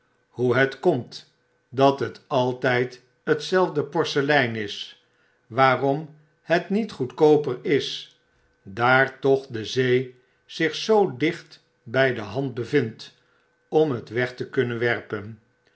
hoe het komt dat het aittjd hetzelfde porselein is waarom het niet goedkooper is daar toch de zee zich zoo dicht bij de hand bevindt om het weg te kunnen werpen